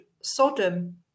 Sodom